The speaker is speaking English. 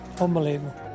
Unbelievable